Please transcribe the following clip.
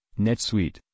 NetSuite